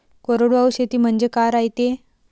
कोरडवाहू शेती म्हनजे का रायते?